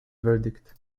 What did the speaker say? verdict